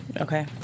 Okay